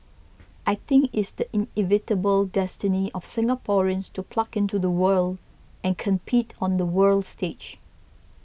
I think it's the inevitable destiny of Singaporeans to plug into the world and compete on the world stage